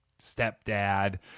stepdad